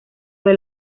del